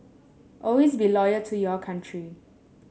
always be loyal to your country